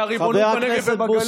מהריבונות בנגב ובגליל,